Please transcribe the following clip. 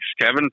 Kevin